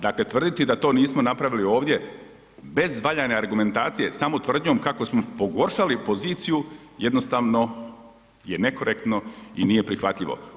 Dakle tvrditi da to nismo napravili ovdje bez valjane argumentacije samo tvrdnjom kako smo pogoršali poziciju, jednostavno je nekorektno i nije prihvatljivo.